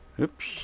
Oops